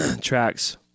tracks